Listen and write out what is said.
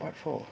what for